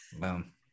Boom